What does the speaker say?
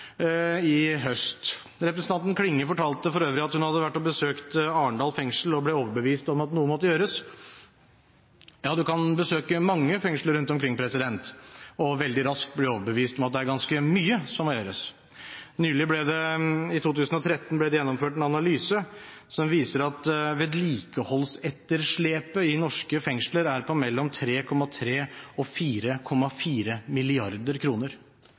i høst. Representanten Klinge fortalte for øvrig at hun hadde vært og besøkt Arendal fengsel og ble overbevist om at noe måtte gjøres. Ja, du kan besøke mange fengsler rundt omkring og veldig raskt bli overbevist om at det er ganske mye som må gjøres. I 2013 ble det gjennomført en analyse som viser at vedlikeholdsetterslepet i norske fengsler er på mellom 3,3 og 4,4